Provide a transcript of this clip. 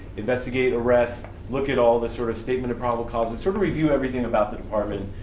investigate arrests, look at all the sort of statement of probable causes, sort of review everything about the department,